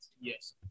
Yes